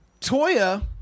Toya